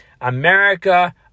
America